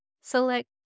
Select